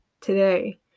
today